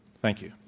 thank you.